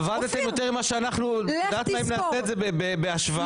עבדתם יותר ממה שאנחנו באים לעשות את זה בהשוואה